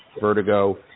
vertigo